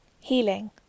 healing